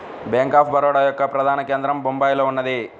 bank of Baroda యొక్క ప్రధాన కేంద్రం బొంబాయిలో ఉన్నది